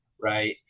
right